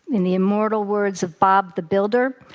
in the immortal words of bob the builder,